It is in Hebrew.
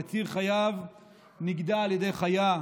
וציר חייו נגדע על ידי חיה,